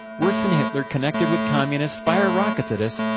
worse than hitler, connected with communists. fire rockets at us,